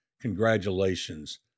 Congratulations